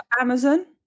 Amazon